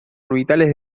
orbitales